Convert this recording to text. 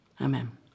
Amen